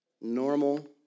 normal